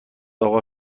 اقا